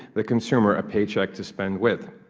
the consumer a paycheck to spend with.